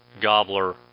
gobbler